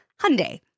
Hyundai